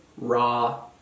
raw